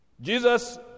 Jesus